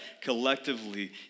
collectively